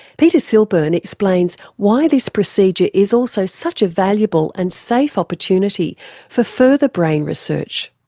peter silburn explains why this procedure is also such a valuable and safe opportunity for further brain research.